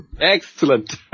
Excellent